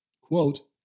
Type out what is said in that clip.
Quote